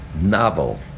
novel